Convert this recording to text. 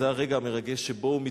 זה הרגע המרגש שבו הוא מתוודע.